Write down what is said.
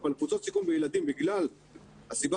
אבל קבוצות סיכון בילדים בגלל הסיבה